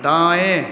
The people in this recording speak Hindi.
दाएँ